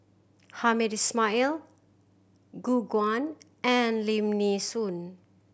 Hamed Ismail Gu Guan and Lim Nee Soon